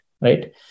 right